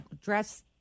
dress